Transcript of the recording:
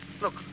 Look